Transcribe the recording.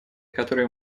которые